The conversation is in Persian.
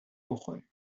بخوریم